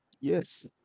Yes